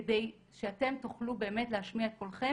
כדי שאתם תוכלו באמת להשמיע את קולכם